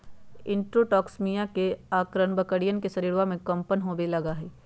enterotoxaemia के अआरण बकरियन के शरीरवा में कम्पन होवे लगा हई